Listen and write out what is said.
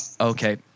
Okay